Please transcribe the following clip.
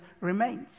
remains